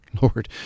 lord